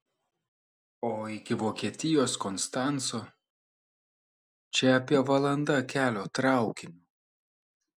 o iki vokietijos konstanco čia apie valanda kelio traukiniu